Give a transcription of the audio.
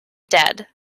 dead